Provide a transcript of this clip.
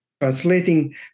translating